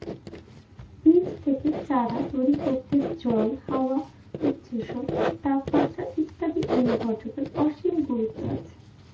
বীজ থেকে চারা তৈরি করতে জল, হাওয়া, উৎসেচক, তাপমাত্রা ইত্যাদি অনুঘটকের অসীম গুরুত্ব আছে